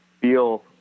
feel